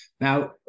Now